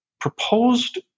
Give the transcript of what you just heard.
proposed